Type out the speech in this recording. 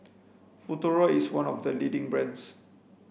futuro is one of the leading brands